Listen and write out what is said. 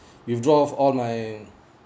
withdraw all my